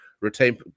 Retain